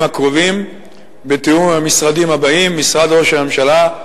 הקרובים בתיאום עם המשרדים הבאים: משרד ראש הממשלה,